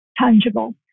tangible